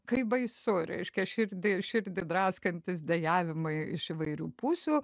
kaip baisu reiškia širdį širdį draskantys dejavimai iš įvairių pusių